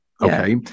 Okay